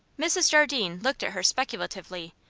mrs. jardine looked at her speculatively.